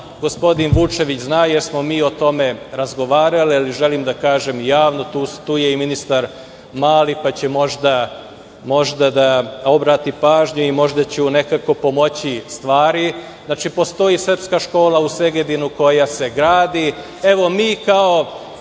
gospodin Vučević zna jer smo mi o tome razgovarali, ali želim da kažem i javno, tu je i ministar Mali, pa će možda da obrati pažnju i možda će nekako pomoći stvari. Postoji srpska škola u Segedinu koja se gradi. Evo mi kao